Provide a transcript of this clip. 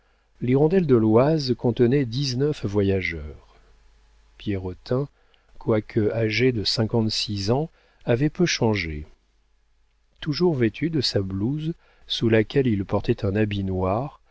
l'hirondelle de l'oise contenait dix-neuf voyageurs pierrotin quoique âgé de cinquante-six ans avait peu changé toujours vêtu de sa blouse sous laquelle il portait un habit noir